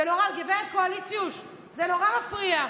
גברת קואליציוש, זה נורא מפריע.